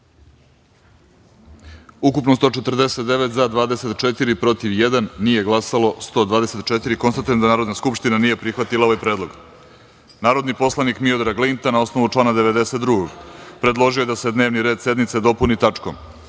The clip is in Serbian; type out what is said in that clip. ukupno – 148, za – 24, protiv – jedan, nije glasalo – 124.Konstatujem da Narodna skupština nije prihvatila ovaj predlog. Narodni poslanik Miodrag Linta, na osnovu člana 92, predložio je da se dnevni red sednice dopuni tačkom